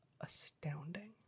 astounding